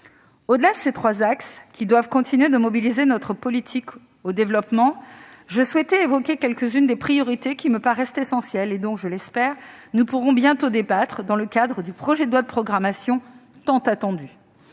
Au-delà de ces trois axes, qui doivent continuer de mobiliser notre politique d'aide au développement, je souhaite évoquer quelques-unes des priorités qui me paraissent essentielles et dont, je l'espère, nous pourrons bientôt débattre dans le cadre du projet de loi de programmation tant attendu.